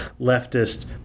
leftist